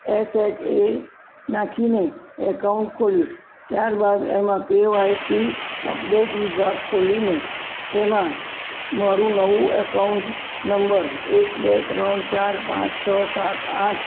S H A નાખીને account ખોલીશ ત્યારબાદ એમાં કેવાયસી અપડેટ વિભાગ ખોલીને એમાં મારું નવું એકાઉન્ટ નંબર એક બે ત્રણ ચાર પાંચ છ સાત આઠ